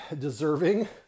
deserving